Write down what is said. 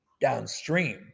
downstream